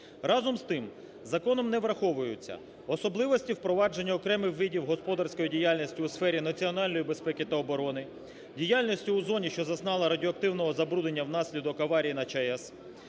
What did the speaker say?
Разом з тим законом не враховуються особливості впровадження окремих видів господарської діяльності у сфері національної безпеки та оборони, діяльності у зоні, що зазнала радіоактивного забруднення в наслідок аварії на ЧАЕС,